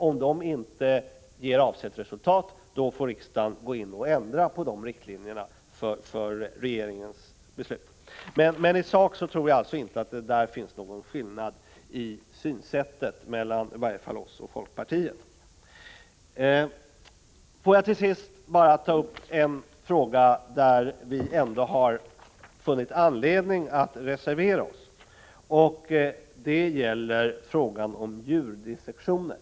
Om dessa inte ger avsett resultat, får riksdagen gå in och ändra riktlinjerna för regeringens beslut. Men i sak tror jag alltså inte att det finns någon skillnad i synsättet mellan i varje fall centern och folkpartiet. Får jag till sist ta upp en fråga, där vi har funnit anledning att reservera oss. Det gäller frågan om djurdissektioner.